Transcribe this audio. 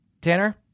Tanner